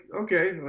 okay